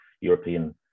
European